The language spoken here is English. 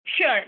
Sure